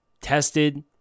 tested